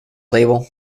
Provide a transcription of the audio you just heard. label